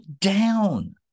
down